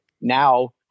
now